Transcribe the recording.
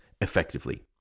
effectively